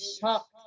shocked